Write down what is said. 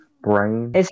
brain